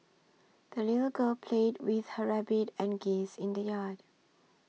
the little girl played with her rabbit and geese in the yard